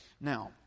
Now